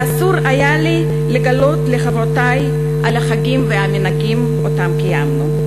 ואסור היה לי לגלות לחברותי על החגים והמנהגים שקיימנו.